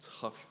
tough